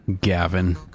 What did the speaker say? Gavin